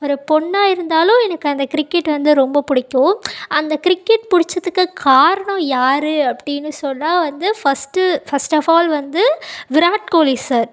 ஒரு பெண்ணா இருந்தாலும் எனக்கு அந்த கிரிக்கெட் வந்து ரொம்ப பிடிக்கும் அந்த கிரிக்கெட் பிடிச்சதக்கு காரணம் யார் அப்படின்னு சொன்னால் வந்து ஃபஸ்ட்டு ஃபஸ்ட் ஆஃப் ஆல் வந்து விராட் கோலி சார்